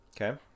Okay